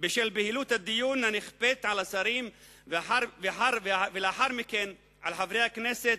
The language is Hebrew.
בשל בהילות הדיון הנכפית על השרים ולאחר מכן על חברי הכנסת